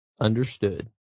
Understood